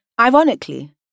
Ironically